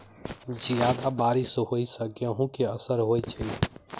जियादा बारिश होइ सऽ गेंहूँ केँ असर होइ छै?